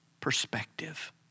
perspective